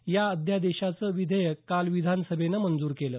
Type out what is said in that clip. या अध्यादेशाचं विधेयक काल विधानसभेनं मंजूर केलं